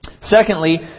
Secondly